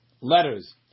letters